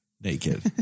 naked